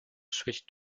switch